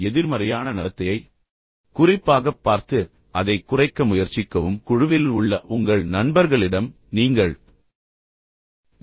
எதிர்மறையான நடத்தையை குறிப்பாகப் பார்த்து அதைக் குறைக்க முயற்சிக்கவும் குழுவில் உள்ள உங்கள் நண்பர்களிடம் நீங்கள் ஜி